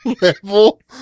level